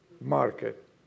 market